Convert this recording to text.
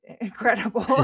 incredible